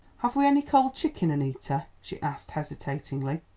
have we any cold chicken, annita? she asked hesitatingly.